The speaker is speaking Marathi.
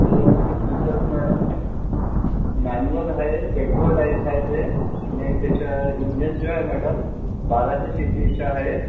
त्याच्यामध्ये फीचर्स मॅडम मॅन्युअल आहे पेट्रोल टाईप आहे ते आणि त्याचा इंजिन जो आहे मॅडम बाराशे सी सीचा आहे